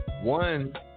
one